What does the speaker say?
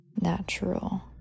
natural